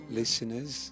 listeners